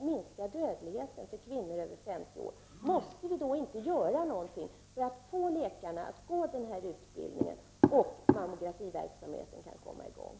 minska dödligheten med 39 26 bland kvinnor över 50 år? Måste vi då inte göra någonting för att förmå läkarna att genomgå denna utbildning, så att mammografiverksamheten kan komma i gång?